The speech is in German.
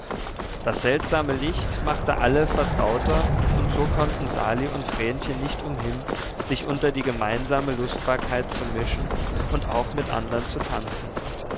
das seltsame licht machte alle vertrauter und so konnten sali und vrenchen nicht umhin sich unter die gemeinsame lustbarkeit zu mischen und auch mit andern zu tanzen